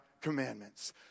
commandments